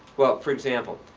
well, for example.